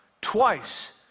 Twice